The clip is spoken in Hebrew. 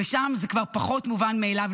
ושם זה כבר פחות מובן מאליו,